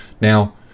Now